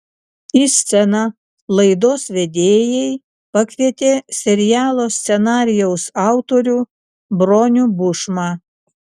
į sceną laidos vedėjai pakvietė serialo scenarijaus autorių bronių bušmą